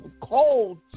cold